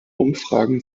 umfragen